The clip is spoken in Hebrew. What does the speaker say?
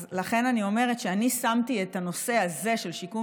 אז לכן אני אומרת שאני שמתי את הנושא הזה של שיקום